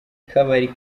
kabari